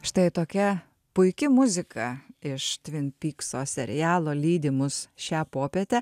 štai tokia puiki muzika iš tvin pykso serialo lydi mus šią popietę